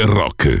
rock